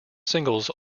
singles